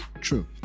True